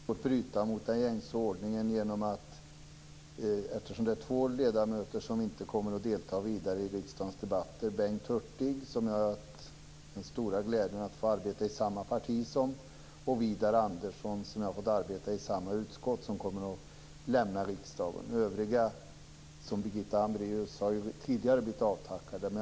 Fru talman! Jag vill något bryta mot den gängse ordningen eftersom det är två ledamöter som inte kommer att delta vidare i riksdagens debatter. Det är Bengt Hurtig, som jag har haft den stora glädjen att få arbeta med i samma parti, och Widar Andersson, som jag har fått arbeta med i samma utskott. De kommer att lämna riksdagen. Övriga ledamöter, som Birgitta Hambraeus, har blivit avtackade tidigare.